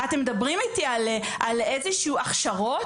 אתם מדברים איתי על איזה שהן הכשרות,